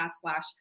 slash